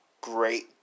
Great